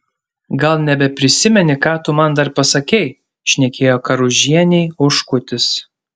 gal nebeprisimeni ką tu man dar pasakei šnekėjo karužienei oškutis